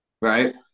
right